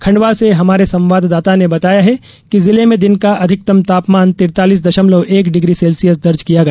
खण्डवा से हमारे संवाददाता ने बताया है कि जिले में दिन का अधिकतम तापमान तिरतालीस दशमलव एक डिग्री सेल्सियस दर्ज किया गया